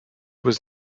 was